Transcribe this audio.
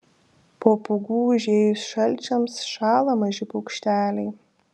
po pūgų užėjus šalčiams šąla maži paukšteliai